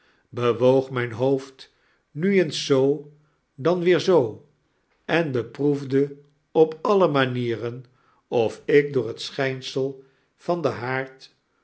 bewoog myn hoofd nu eens zoo en dan weer zoo en beproefde op alle manieren of ik door het schijnsel van den haard